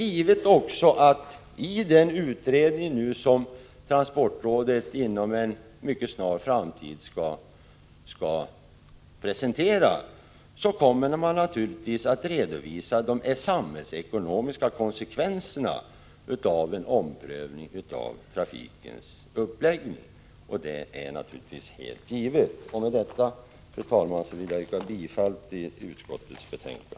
I den utredning som transportrådet inom en mycket snar framtid skall presentera kommer man naturligtvis att redovisa de samhällsekonomiska konsekvenserna av en omprövning av trafikens uppläggning. Det är helt givet. Med detta, fru talman, vill jag yrka bifall till utskottets hemställan.